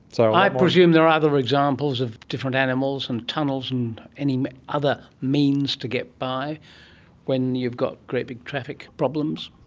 so i presume there are other examples of different animals and tunnels and any other means to get by when you've got great big traffic problems?